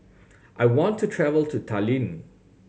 I want to travel to Tallinn